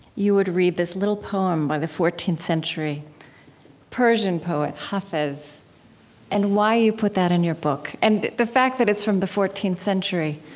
you would read this little poem by the fourteenth century persian poet hafiz, and why you put that in your book. and the fact that it's from the fourteenth century,